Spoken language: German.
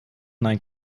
nein